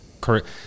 correct